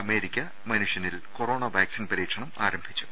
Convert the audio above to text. America മനുഷ്യനിൽ corona vaccine പരീക്ഷണം ആരംഭിച്ചു